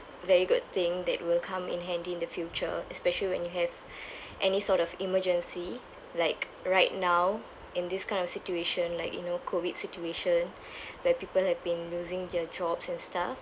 very good thing that will come in handy in the future especially when you have any sort of emergency like right now in this kind of situation like you know COVID situation where people have been losing their jobs and stuff